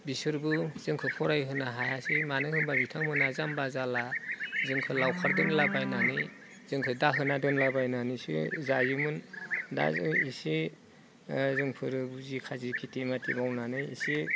बिसोरबो जोंखो फरायहोनो हायासै मानो होनब्ला बिथांमोना जाम्बा जाला जोंखो लावखार दोनलाबायनानै जोंखो दाहोना दोनलाबायनानैसो जायोमोन दा जों एसे जोंफोर बुजि खाजि खिथि माथि मावनानै एसे